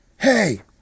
Hey